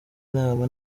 nama